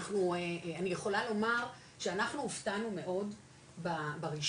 אני יכולה לומר שאנחנו הופתענו מאוד ברישום,